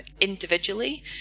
individually